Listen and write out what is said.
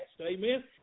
Amen